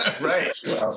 Right